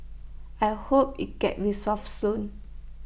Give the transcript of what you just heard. I hope IT gets resolved soon